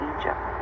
Egypt